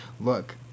Look